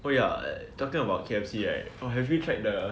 oh ya err talking about K_F_C right have you tried the